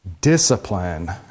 Discipline